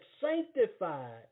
sanctified